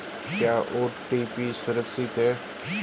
क्या ओ.टी.पी सुरक्षित है?